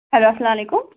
hello السلامُ علیکُم